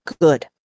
Good